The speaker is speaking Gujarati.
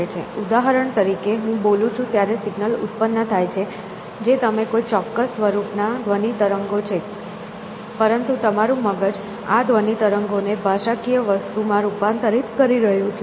ઉદાહરણ તરીકે હું બોલું છું ત્યારે સિગ્નલ ઉત્પન્ન થાય છે જે તમે કોઈ ચોક્કસ સ્વરૂપ ના ધ્વનિ તરંગો છે પરંતુ તમારું મગજ આ ધ્વનિ તરંગોને ભાષાકીય વસ્તુ માં રૂપાંતરિત કરી રહ્યું છે